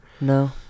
No